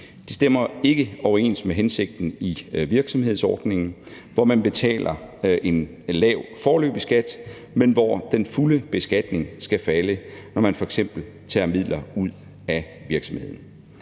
Det stemmer ikke overens med hensigten i virksomhedsordningen, hvor man betaler en lav foreløbig skat, men hvor den fulde beskatning skal falde, når man f.eks. tager midler ud af virksomheden.